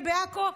ובעכו,